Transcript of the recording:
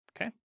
Okay